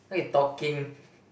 what you talking